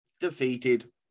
defeated